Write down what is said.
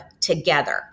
together